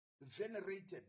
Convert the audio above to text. venerated